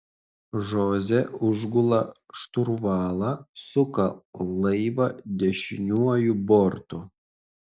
žoze užgula šturvalą suka laivą dešiniuoju bortu